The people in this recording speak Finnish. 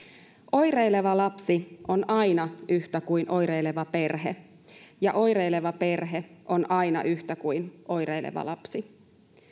oireileva lapsi on aina yhtä kuin oireileva perhe ja oireileva perhe on aina yhtä kuin oireileva lapsi